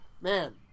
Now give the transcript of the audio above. man